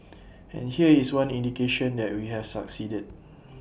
and here is one indication that we have succeeded